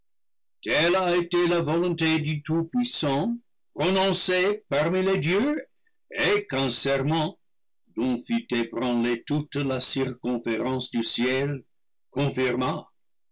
telle a été la volonté du tout puissant prononcée parmi les dieux et qu'un serment dont fut ébranlée toute la circonférence du ciel confirma